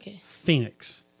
Phoenix